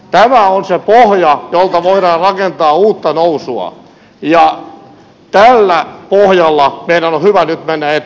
tämä on se pohja jolta voidaan rakentaa uutta nousua ja tällä pohjalla meidän on hyvä nyt mennä eteenpäin